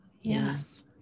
Yes